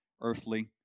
earthly